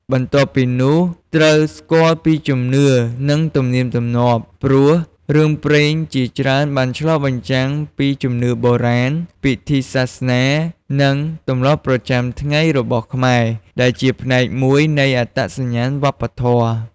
បន្ទាប់ពីនោះ ត្រូវស្គាល់ពីជំនឿ និងទំនៀមទម្លាប់ ព្រោះរឿងព្រេងជាច្រើនបានឆ្លុះបញ្ចាំងពីជំនឿបុរាណ ពិធីសាសនា និងទម្លាប់ប្រចាំថ្ងៃរបស់ខ្មែរ ដែលជាផ្នែកមួយនៃអត្តសញ្ញាណវប្បធម៌។